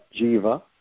Jiva